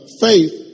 faith